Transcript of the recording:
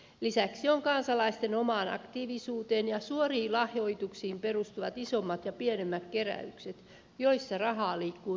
lisäksi on kansalaisten omaan aktiivisuuteen ja suoriin lahjoituksiin perustuvat isommat ja pienemmät keräykset joissa rahaa liikkuu todella paljon